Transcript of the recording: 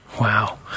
wow